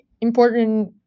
important